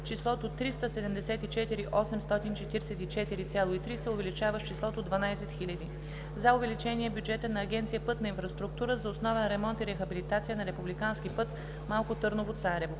числото „374 844,3“ се увеличава с числото „12 000,0“. За увеличение бюджета на Агенция „Пътна инфраструктура“ за основен ремонт и рехабилитация на републикански път Малко Търново – Царево.“